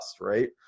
right